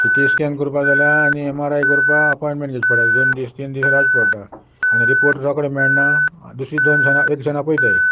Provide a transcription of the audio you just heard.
C T scan करपा जाल्यार आनी एम आर आय करपा अपोयटमेंट घेवचे पडटा दो दीस तीन दीस रावचे पडटा आनी रिपोर्ट रोकडे मेळना दुसरी दोनां एक दिसान आपयताय